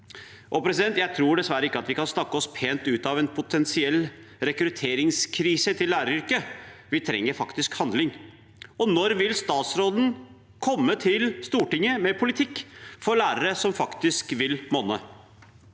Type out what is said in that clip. er pen. Jeg tror dessverre ikke vi kan snakke oss pent ut av en potensiell rekrutteringskrise til læreryrket. Vi trenger faktisk handling. Når vil statsråden komme til Stortinget med politikk for lærere som faktisk vil monne?